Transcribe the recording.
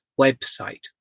website